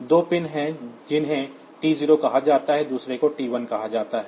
2 pin हैं जिन्हें T0 कहा जाता है दूसरे को T1 कहा जाता है